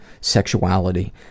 sexuality